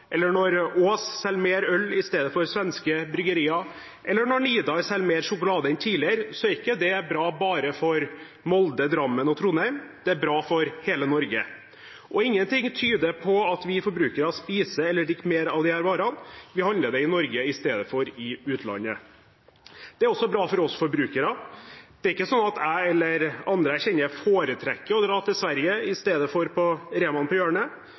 eller når Aass selger mer øl istedenfor svenske bryggerier, eller når Nidar selger mer sjokolade enn tidligere, er ikke det bra bare for Molde, Drammen og Trondheim – det er bra for hele Norge. Ingenting tyder på at vi forbrukere spiser eller drikker mer av disse varene, vi handler dem i Norge istedenfor i utlandet. Det er også bra for oss forbrukere. Det er ikke sånn at jeg eller andre jeg kjenner, foretrekker å dra til Sverige istedenfor på Rema på hjørnet.